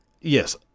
yes